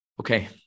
Okay